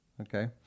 okay